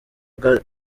bwa